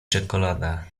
czekolada